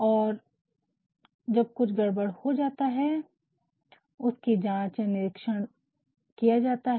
और जब कुछ गड़बड़ हो जाता है और उसकी जाँच या निरीक्षण किया जाता है